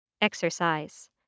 Exercise